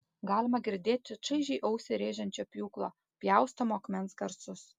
galima girdėti čaižiai ausį rėžiančio pjūklo pjaustomo akmens garsus